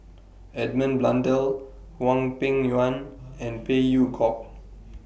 Edmund Blundell Hwang Peng Yuan and Phey Yew Kok